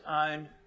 own